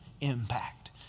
impact